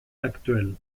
actuelle